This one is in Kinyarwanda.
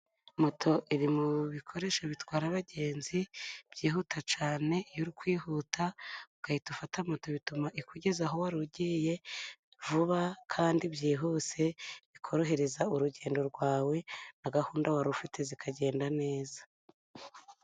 Moto iri mu bikoresho bitwara abagenzi byihuta cyane, iyo uri kwihuta ugahita ufata moto bituma ikugeza aho wari ugiye vuba kandi byihuse, bikorohereza urugendo rwawe na gahunda wari ufite zikagenda neza.